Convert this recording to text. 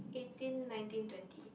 eighteen nineteen twenty